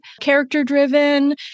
character-driven